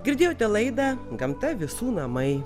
girdėjote laidą gamta visų namai